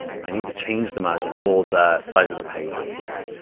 i need to change the margin or the size of the page or the bleed.